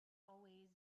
always